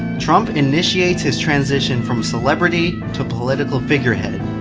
trump initiates his transition from celebrity to political figurehead.